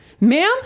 Ma'am